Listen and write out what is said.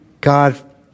God